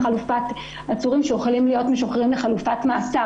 עצורים שיכולים להיות משוחררים מחלופת מעצר